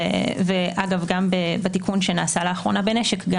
וגם בתיקון שנעשה באחרונה בנשק,